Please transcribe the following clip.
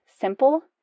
simple